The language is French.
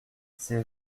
ces